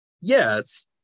Yes